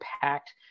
packed